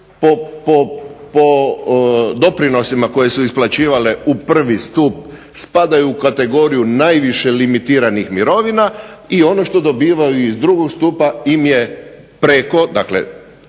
po doprinosima koje su isplaćivale u 1. stup spadaju u kategoriju najviše limitiranih mirovina, i ono što dobivaju iz 2. stupa im je preko,